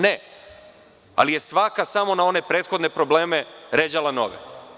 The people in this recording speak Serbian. Ne, ali je svaka samo na one prethodne probleme ređala nove.